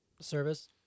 service